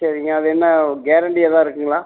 சரிங்க அது என்ன கேரண்டி ஏதாவது இருக்குதுங்களா